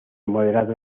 moderado